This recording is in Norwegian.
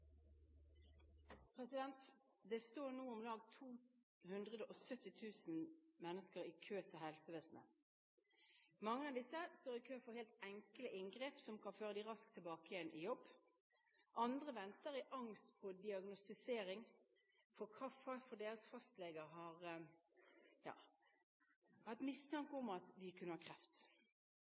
disse står i kø for helt enkle inngrep som kan føre dem raskt tilbake i jobb etterpå. Andre venter i angst på diagnostisering fordi deres fastlege har hatt mistanke om at de kan ha kreft.